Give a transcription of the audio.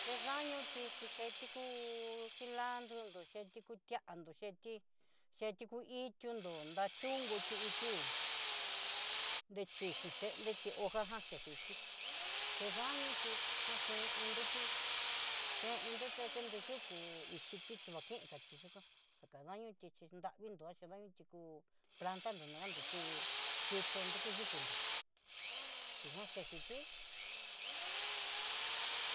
Chedaño ti chí cheti kú cilandro nró cheti kutiándo cheti, cheti kuindonró nrochon kuti itiu'u, nrexhi chí yendetí hoja jan xhetí, xhedañoti jan chen ni nrutí, chendinruti dakendo yukú ichiti chí vaken kachí yukan jaká daño tí ndavindó xhí kú planta no nrando chí xhitonró kuyú nró tá ñá chexhití.